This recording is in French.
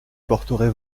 porterai